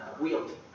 wield